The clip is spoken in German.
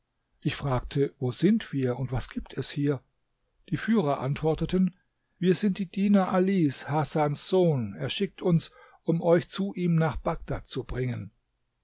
ich fragte wo sind wir und was gibt es hier die führer antworteten wir sind die diener alis hasans sohn er schickt uns um euch zu ihm nach bagdad zu bringen